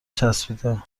چسبیده